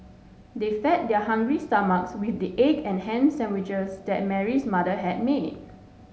they fed their hungry stomachs with the egg and ham sandwiches that Mary's mother had made